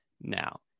now